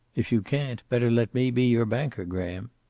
if you can't, better let me be your banker, graham.